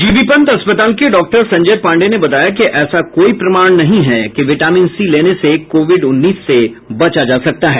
जी B Pant अस्पताल के doctor Sanjay Pandey ने बताया कि ऐसा कोई प्रमाण नहीं है कि विटामिन सी लेने से कोविड उन्नीस से बचा जा सकता है